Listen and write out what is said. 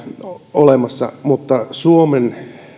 olemassa mutta suomen